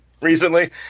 recently